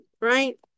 right